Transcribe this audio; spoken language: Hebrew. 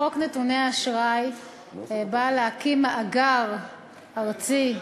חוק נתוני אשראי בא להקים מאגר ארצי,